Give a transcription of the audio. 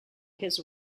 his